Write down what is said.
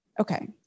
okay